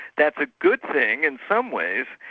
that's a good thing in some ways,